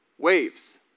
Waves